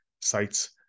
sites